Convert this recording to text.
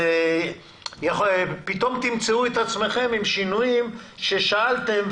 פתאום תמצאו את עצמכם עם שינויים ששאלתם,